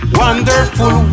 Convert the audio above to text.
wonderful